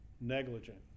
negligent